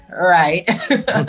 right